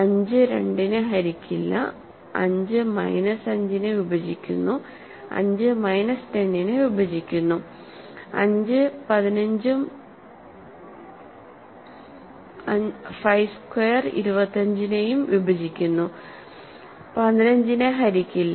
5 2 നെ ഹരിക്കില്ല 5 മൈനസ് 5 നെ വിഭജിക്കുന്നു 5 മൈനസ് 10 നെ വിഭജിക്കുന്നു 5 15 ഉം 5 സ്ക്വയർ 25 നെയും വിഭജിക്കുന്നു 15 നെ ഹരിക്കില്ല